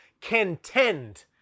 contend